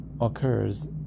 occurs